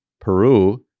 Peru